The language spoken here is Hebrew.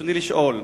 ברצוני לשאול: